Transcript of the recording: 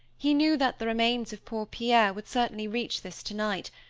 he knew that the remains of poor pierre would certainly reach this tonight,